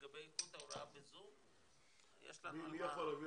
לגבי איכות ההוראה בזום יש לנו --- מי יכול להגיד